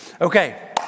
Okay